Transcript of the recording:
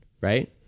right